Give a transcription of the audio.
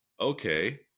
okay